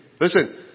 Listen